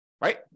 right